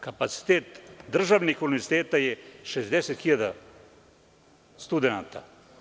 Kapacitet državnih univerziteta je 60.000 studenata.